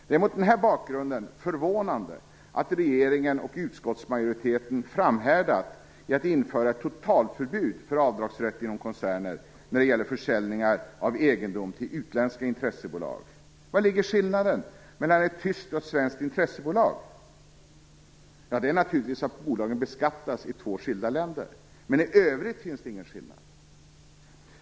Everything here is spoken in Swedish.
Det är mot denna bakgrund förvånande att regeringen och utskottsmajoriteten framhärdat i att införa ett totalförbud för avdragsrätt inom koncerner när det gäller försäljningar av egendom till utländska intressebolag. Var ligger skillnaden mellan ett tyskt och ett svenskt intressebolag? Ja, det är naturligtvis att bolagen beskattas i olika länder. Men i övrigt finns det ingen skillnad.